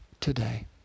today